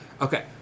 Okay